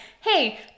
Hey